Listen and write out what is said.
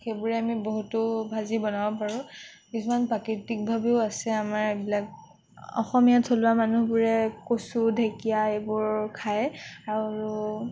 সেইবোৰে আমি বহুতো ভাজি বনাব পাৰোঁ কিছুমান প্ৰাকৃতিকভাৱেও আছে আমাৰ এইবিলাক অসমীয়া থলুৱা মানুহবোৰে কচু ঢেঁকীয়া এইবোৰ খাই আৰু